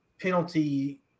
penalty